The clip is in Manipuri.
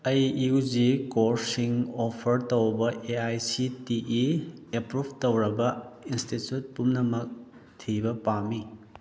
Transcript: ꯑꯩ ꯌꯨ ꯖꯤ ꯀꯣꯔꯁꯁꯤꯡ ꯑꯣꯐꯔꯠ ꯇꯧꯕ A I C T E approve ꯇꯧꯔꯕ ꯏꯟꯁꯇꯤꯆꯨꯠ ꯄꯨꯝꯅꯃꯛ ꯊꯤꯕ ꯄꯥꯝꯏ